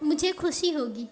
मुझे खुशी होगी